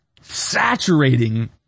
saturating